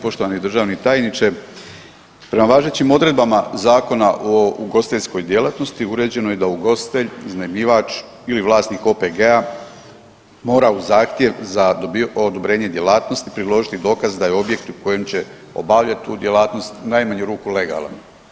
Poštovani državni tajniče, prema važećim odredbama Zakona o ugostiteljskoj djelatnosti uređeno je da ugostitelj, iznajmljivač ili vlasnik OPG-a mora uz zahtjev za odobrenje djelatnosti priložiti dokaz da je objekt u kojem će obavljati tu djelatnost u najmanju ruku legalan.